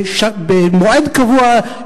במועד קבוע,